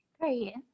Great